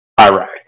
Iraq